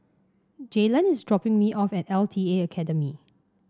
Jalon is dropping me off at L T A Academy